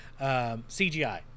cgi